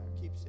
keep